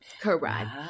Correct